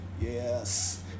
Yes